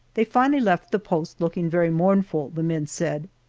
they finally left the post looking very mournful, the men said.